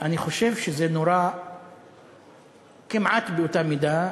אני חושב שזה נורא כמעט באותה מידה,